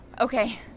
Okay